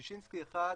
ששינסקי 1,